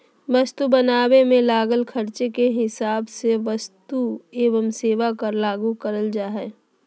वस्तु बनावे मे लागल खर्चे के हिसाब से वस्तु एवं सेवा कर लागू करल जा हय